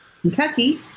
Kentucky